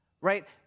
right